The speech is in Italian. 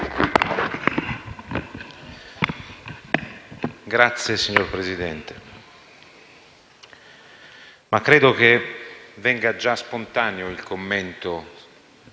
*(CoR)*. Signora Presidente, credo che venga già spontaneo il commento.